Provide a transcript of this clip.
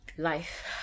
Life